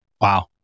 Wow